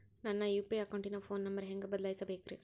ನನ್ನ ಯು.ಪಿ.ಐ ಅಕೌಂಟಿನ phone number ಹೆಂಗ್ ಬದಲಾಯಿಸ ಬೇಕ್ರಿ?